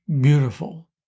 beautiful